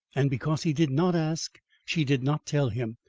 and because he did not ask, she did not tell him,